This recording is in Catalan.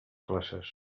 classes